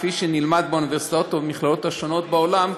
כפי שנלמד באוניברסיטאות ובמכללות שונות בעולם,